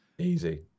easy